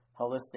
Holistic